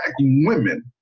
women